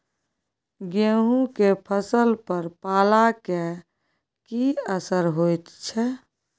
गेहूं के फसल पर पाला के की असर होयत छै?